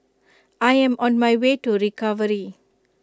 I am on my way to recovery